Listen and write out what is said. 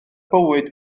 bywyd